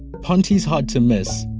ponte is hard to miss.